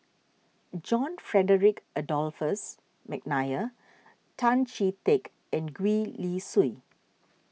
John Frederick Adolphus McNair Tan Chee Teck and Gwee Li Sui